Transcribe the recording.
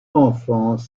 enfants